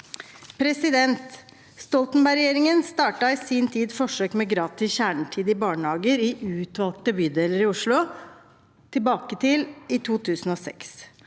framover. Stoltenberg-regjeringen startet i sin tid forsøk med gratis kjernetid i barnehager i utvalgte bydeler i Oslo til bake i 2006.